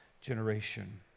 generation